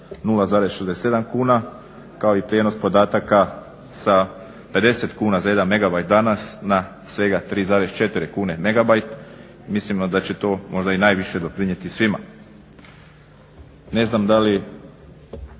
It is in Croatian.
0,67 kuna kao i prijenos podataka sa 50 kn za 1MB danas na svega 3,4 kune MB. Mislimo da će to možda i najviše doprinijeti svima. Ne znam da li